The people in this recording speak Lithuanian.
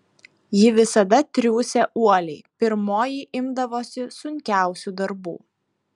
ji visada triūsė uoliai pirmoji imdavosi sunkiausių darbų